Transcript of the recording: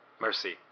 mercy